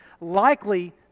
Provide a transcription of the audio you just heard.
likely